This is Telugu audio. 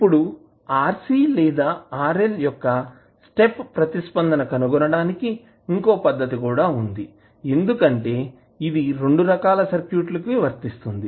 ఇప్పుడు RC లేదా RL యొక్క స్టెప్ ప్రతిస్పందన కనుగొనటానికి ఇంకో పద్ధతి కూడా ఉంది ఎందుకంటే ఇది రెండు రకాల సర్క్యూట్లకు వర్తిస్తుంది